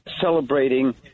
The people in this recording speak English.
celebrating